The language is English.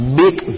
make